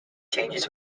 changes